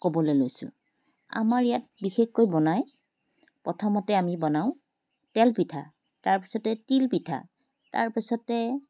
ক'বলৈ লৈছোঁ আমাৰ ইয়াত বিশেষকৈ বনায় প্ৰথমতে আমি বনাওঁ তেল পিঠা তাৰপিছতে তিল পিঠা তাৰপিছতে